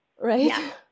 right